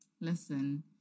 listen